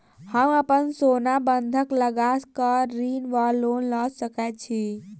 हम अप्पन सोना बंधक लगा कऽ ऋण वा लोन लऽ सकै छी?